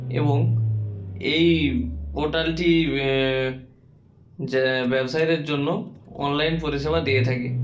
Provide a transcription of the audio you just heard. এবং এই পোর্টালটি যে ব্যবসায়ীদের জন্য অনলাইন পরিষেবা দিয়ে থাকে